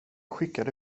skickade